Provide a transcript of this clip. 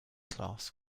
class